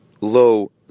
low